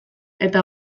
eta